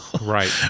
right